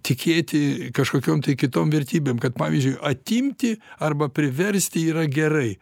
tikėti kažkokiom kitom vertybėm kad pavyzdžiui atimti arba priversti yra gerai